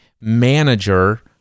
manager